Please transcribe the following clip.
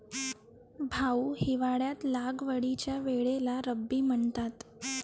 भाऊ, हिवाळ्यात लागवडीच्या वेळेला रब्बी म्हणतात